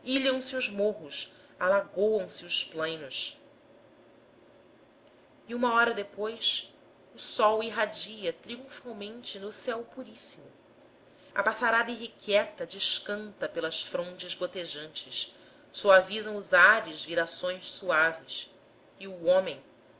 os morros alagoam se os plainos e uma hora depois o sol irradia triunfalmente no céu puríssimo a passarada irrequieta descanta pelas frondes gotejantes suavizam os ares virações suaves e o homem